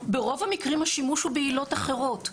ברוב המקרים השימוש הוא בעילות אחרות,